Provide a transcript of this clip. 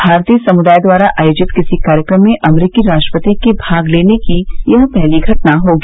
भारतीय समुदाय द्वारा आयोजित किसी कार्यक्रम में अमरीकी राष्ट्रपति के भाग लेने की यह पहली घटना होगी